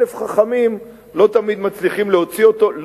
אלף חכמים לא תמיד מצליחים להוציא אותה,